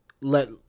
let